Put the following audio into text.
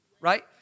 right